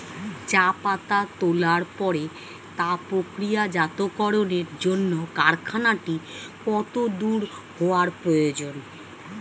চা পাতা তোলার পরে তা প্রক্রিয়াজাতকরণের জন্য কারখানাটি কত দূর হওয়ার প্রয়োজন?